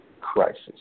crisis